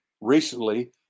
recently